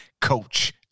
coach